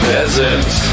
Peasants